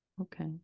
okay